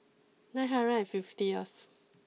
nine hundred and fifth